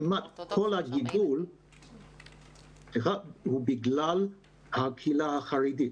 כמעט כל הגידול הוא בגלל הקהילה החרדית.